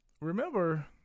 Remember